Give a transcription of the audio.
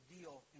deal